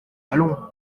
allons